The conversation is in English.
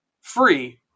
free